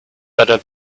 better